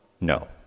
No